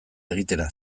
egitera